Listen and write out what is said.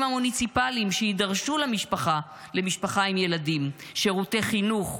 המוניציפליים שידרשו למשפחה עם ילדים: שירותי חינוך,